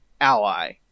ally